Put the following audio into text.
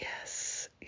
Yes